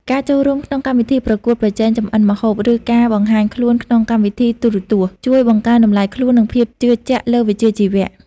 ការចូលរួមក្នុងកម្មវិធីប្រកួតប្រជែងចម្អិនម្ហូប ឬការបង្ហាញខ្លួនក្នុងកម្មវិធីទូរទស្សន៍ ជួយបង្កើនតម្លៃខ្លួន និងភាពជឿជាក់លើវិជ្ជាជីវៈ។